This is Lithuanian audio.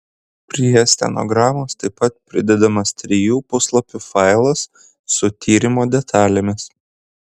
prie stenogramos taip pat pridedamas trijų puslapių failas su tyrimo detalėmis